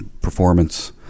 performance